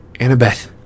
Annabeth